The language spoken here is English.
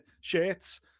shirts